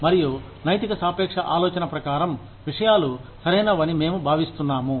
మరియు నైతికసాపేక్ష ఆలోచన ప్రకారం విషయాలు సరైనవని మేము భావిస్తున్నాము